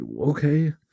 okay